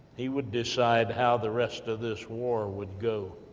he would decide how the rest of this war would go,